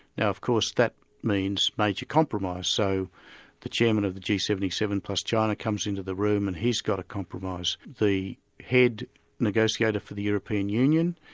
now of course that means major compromise. so the chairman of the g seven seven plus china comes into the room and he's got a compromise. the head negotiator for the european union,